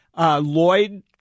Lloyd